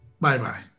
Bye-bye